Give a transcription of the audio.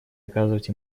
оказывать